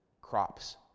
crops